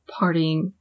partying